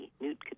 Newt